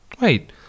Wait